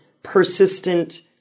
persistent